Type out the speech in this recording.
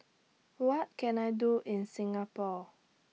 What Can I Do in Singapore